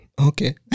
Okay